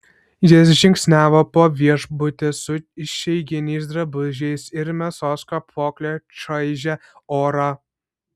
jis žingsniavo po viešbutį su išeiginiais drabužiais ir mėsos kapokle čaižė orą